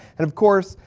and of course,